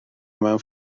mewn